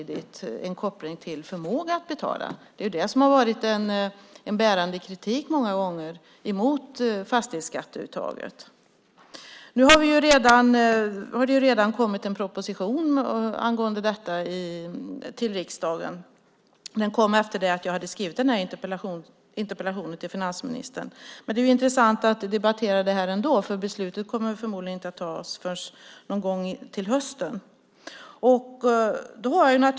Det är det som har varit den bärande kritiken många gånger mot fastighetsskatteuttaget. Det har redan kommit en proposition om detta till riksdagen. Den kom efter att jag hade skrivit den här interpellationen till finansministern. Men det är intressant att debattera det här ändå. Beslutet kommer förmodligen inte att tas förrän någon gång i höst.